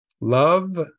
love